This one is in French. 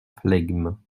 flegme